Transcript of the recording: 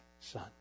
son